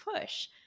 push